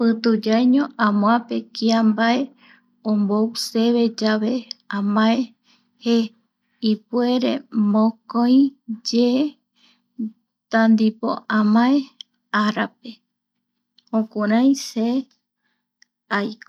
Pitu yaeño amoape kia mbae, ombou seve yave amae je, ipuere mokoi ye ta supe arape jukurai se aiko